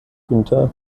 günther